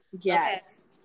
Yes